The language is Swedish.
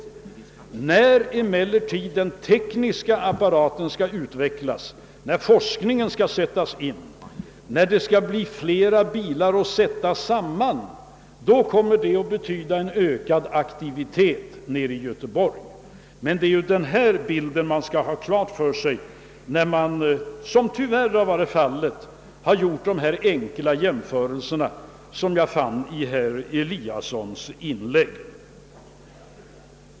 När emellertid den tekniska apparaten skall utvecklas, när forskningen skall sättas in och när det blir fler bilar att sätta samman, då kommer det att betyda en ökad aktivitet i Göteborg. Denna bild bör man ha klar för sig när man — något som tyvärr varit fallet — gör dessa enkla jämförelser som jag fann i herr Eliassons inlägg.